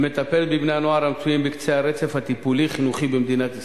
היא מטפלת בבני-נוער המצויים בקצה הרצף הטיפולי-חינוכי במדינת ישראל,